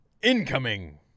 Incoming